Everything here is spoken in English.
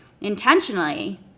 intentionally